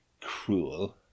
cruel